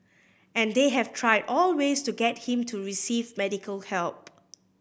and they have tried all ways to get him to receive medical help